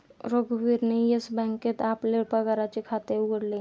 रघुवीरने येस बँकेत आपले पगाराचे खाते उघडले